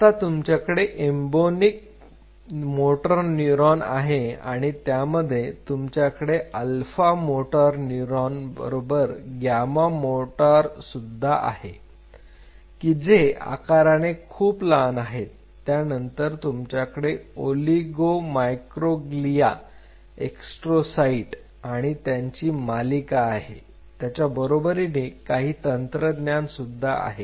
आता तुमच्याकडे embryonic motor neuron आहे आणि त्यामध्ये तुमच्याकडे अल्फा मोटर न्यूरॉन mn बरोबर ग्यामा मोटार सुद्धा आहे की जे आकाराने खुप लहान आहेत त्यानंतर तुमच्याकडे ओलिगो मायक्रोग्लीया एस्ट्रोसाईट आणि त्यांची मालिका आहे त्याच्या बरोबरीने काही तंत्रज्ञान सुद्धा आहे